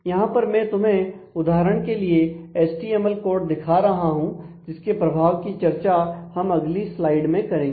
यहां पर मैं तुम्हें उदाहरण के लिए एचटीएमएल कोड दिखा रहा हूं जिसके प्रभाव की चर्चा हम अगली स्लाइड में करेंगे